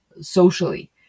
socially